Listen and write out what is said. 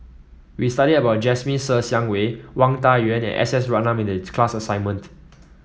we studied about Jasmine Ser Xiang Wei Wang Dayuan and S S Ratnam in the class assignment